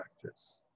practice